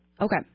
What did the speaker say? Okay